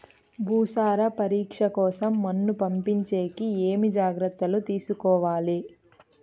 భూసార పరీక్ష కోసం మన్ను పంపించేకి ఏమి జాగ్రత్తలు తీసుకోవాలి?